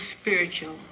spiritual